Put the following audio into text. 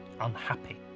unhappy